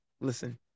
listen